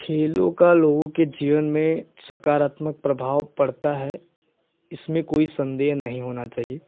खेलों का लोगों के जीवन में सकारात्मक प्रभाव पड़ता है इसमें कोई संदेह नहीं होना चाहिए